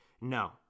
No